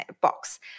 box